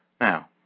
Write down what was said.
Now